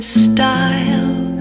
style